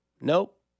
Nope